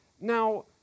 Now